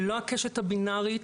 לא הקשת הבינארית,